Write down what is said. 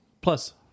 Plus